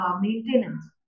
maintenance